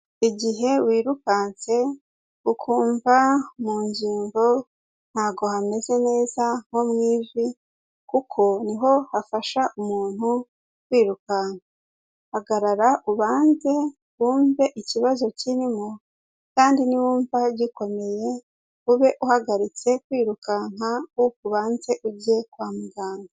Igihe wirukanse, ukumva mungingo ntago hameze neza nko mu ivi kuko niho hafasha umuntu kwirukanka. Hagarara ubanze wumve ikibazo kirimo kandi niwumva gikomeye ube uhagaritse kwirukanka ahubwo ubanze ujye kwa muganga.